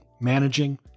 managing